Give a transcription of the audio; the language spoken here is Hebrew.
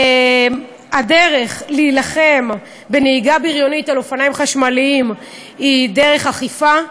הדרך להילחם בנהיגה בריונית על אופניים חשמליים היא דרך אכיפה,